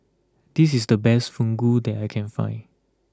this is the best Fugu that I can find